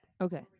Okay